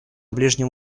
ближнем